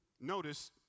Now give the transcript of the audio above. Notice